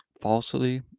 Falsely